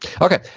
Okay